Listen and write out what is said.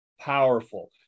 powerful